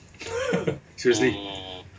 seriously